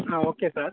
okay sir